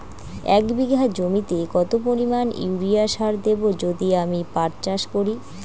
এক বিঘা জমিতে কত পরিমান ইউরিয়া সার দেব যদি আমি পাট চাষ করি?